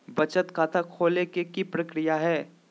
बचत खाता खोले के कि प्रक्रिया है?